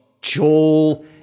Joel